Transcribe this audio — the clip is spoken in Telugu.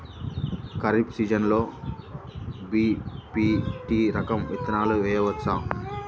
ఖరీఫ్ సీజన్లో బి.పీ.టీ రకం విత్తనాలు వేయవచ్చా?